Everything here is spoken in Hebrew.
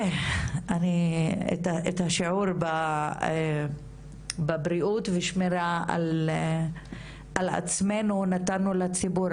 את השיעור בבריאות ושמירה על עצמנו נתנו לציבור,